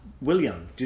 William